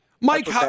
Mike